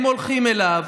הם הולכים אליו,